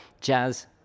jazz